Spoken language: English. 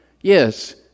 Yes